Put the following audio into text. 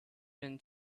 been